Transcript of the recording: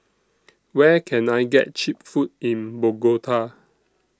Where Can I get Cheap Food in Bogota